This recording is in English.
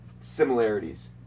Similarities